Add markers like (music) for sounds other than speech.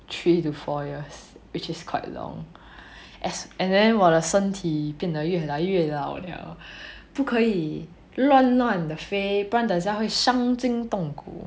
three to four years which is quite long as and then 我的身体变得越来越老 liao (breath) 不可以乱乱地飞不然等下会伤筋动骨